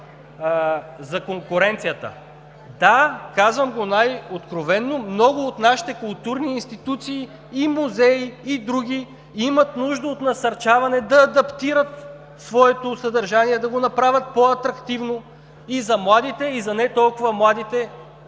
Да, казвам най-откровено, много от нашите културни институции, музеи и други имат нужда от насърчаване да адаптират своето съдържание, да го направят по-атрактивно за младите и не толкова младите